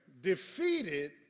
defeated